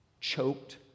choked